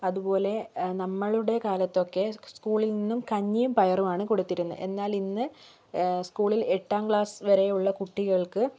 അതുപോലെ നമ്മളുടെ കാലത്തൊക്കെ സ്കൂളിൽ നിന്നും കഞ്ഞിയും പയറുമാണ് കൊടുത്തിരുന്നത് എന്നാലിന്ന് സ്കൂളിൽ എട്ടാം ക്ളാസ്സ് വരെയുള്ള കുട്ടികൾക്ക്